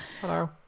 Hello